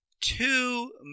two